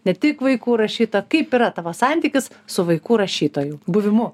ne tik vaikų rašyta kaip yra tavo santykis su vaikų rašytoju buvimu